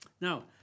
Now